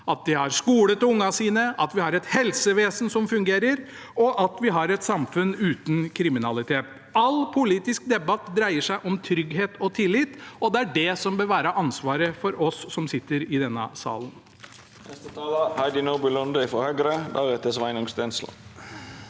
at en har skole til ungene sine, at vi har et helsevesen som fungerer, og at vi har et samfunn uten kriminalitet. All politisk debatt dreier seg om trygghet og tillit, og det er det som bør være ansvaret for oss som sitter i denne salen.